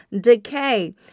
decay